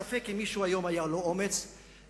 ספק אם למישהו היום היה אומץ להחזיר